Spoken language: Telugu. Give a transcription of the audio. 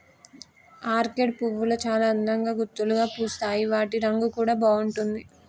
ఆర్కేడ్ పువ్వులు చాల అందంగా గుత్తులుగా పూస్తాయి వాటి రంగు కూడా బాగుంటుంది